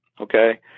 okay